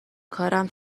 کارم